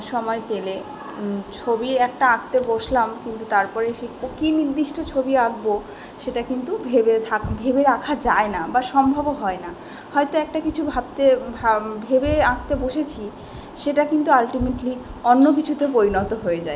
সময় পেলে ছবি একটা আঁকতে বসলাম কিন্তু তারপরেই সে কী নির্দিষ্ট ছবি আঁকবো সেটা কিন্তু ভেবে থাক ভেবে রাখা যায় না বা সম্ভবও হয় না হয়তো একটা কিছু ভাবতে ভাম ভেবে আঁকতে বসেছি সেটা কিন্তু আল্টিমেটলি অন্য কিছুতে পরিণত হয়ে যায়